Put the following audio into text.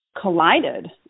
collided